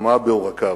פעמה בעורקיו.